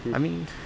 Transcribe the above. I mean